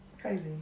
Crazy